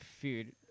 food